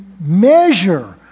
measure